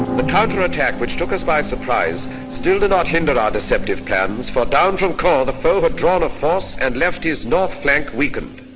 the counter attack which took us by surprise, still did not hinder our deceptive plans for dawn drew call, the foe had drawn a force and left his north flank weakened.